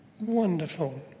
Wonderful